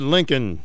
Lincoln